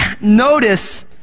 notice